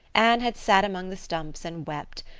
anne had sat among the stumps and wept,